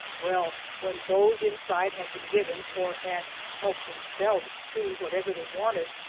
well, when those inside had been given, or had helped themselves to, whatever they wanted,